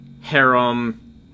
harem